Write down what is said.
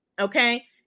Okay